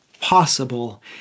possible